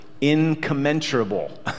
incommensurable